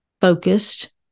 focused